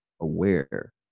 aware